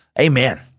Amen